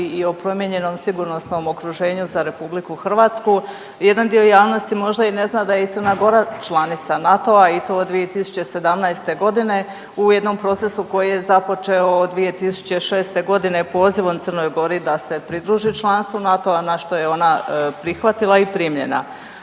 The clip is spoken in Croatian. i o promijenjenom sigurnosnom okruženju za RH. Jedan dio javnosti možda i ne zna da je i Crna Gora članica NATO-a i to od 2017. g. u jednom procesu koji je započeo 2006. g. pozivom Crnoj Gori da se pridruži članstvu NATO-a na što je ona prihvatila i primljena.